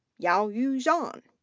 yaoyu zhan.